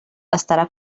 estarà